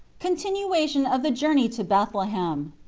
continuation of the journey to bethlehem.